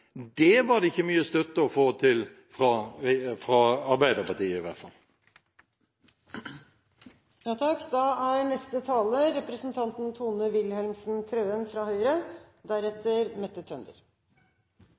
var det ikke mye støtte å få fra Arbeiderpartiet i hvert fall.